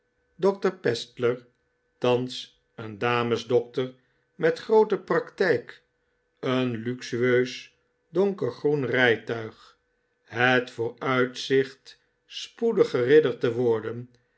dr pestler thans een dames dokter met groote praktijk een luxueus donkergroen rijtuig het vooruitzicht spoedig geridderd te worden